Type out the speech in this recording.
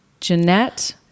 Jeanette